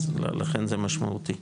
אז לכן זה משמעותי.